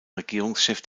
regierungschef